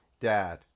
dad